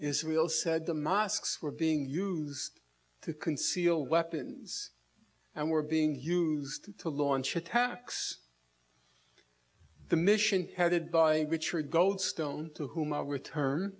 israel said the mosques were being used to conceal weapons and were being used to launch attacks the mission headed by richard goldstone to whom a return